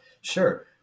Sure